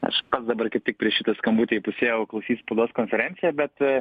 aš pats dabar kaip tik prieš šitą skambutį įpusėjau klausyt spaudos konferenciją bet